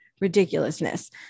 ridiculousness